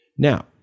Now